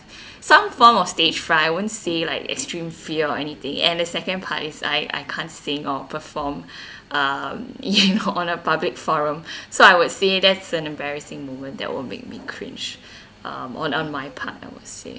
some form of stage fright I won't say like extreme fear or anything and the second part is I I can't sing or perform um you know on a public forum so I would say that's a embarrassing moment that will make me cringe um on on my part I would say